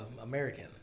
American